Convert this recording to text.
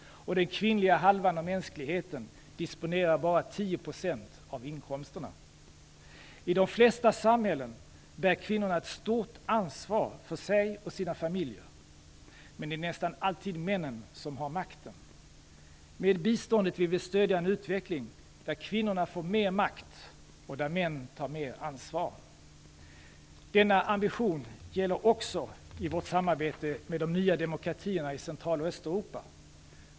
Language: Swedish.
Och den kvinnliga halvan av mänskligheten disponerar bara I de flesta samhällen bär kvinnorna ett stort ansvar för sig och sina familjer. Men det är nästan alltid männen som har makten. Med biståndet vill vi stödja en utveckling där kvinnor får mer makt och där män tar mer ansvar. Denna ambition gäller också i vårt samarbete med de nya demokratierna i Central och Östeuropa.